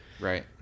Right